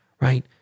right